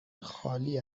خالی